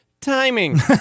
timing